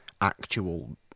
actual